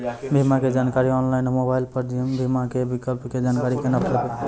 बीमा के जानकारी ऑनलाइन मोबाइल पर बीमा के विकल्प के जानकारी केना करभै?